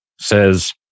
says